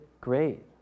great